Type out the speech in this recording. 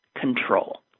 control